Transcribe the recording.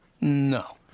No